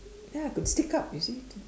ya could stick up you see